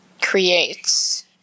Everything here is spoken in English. creates